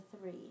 three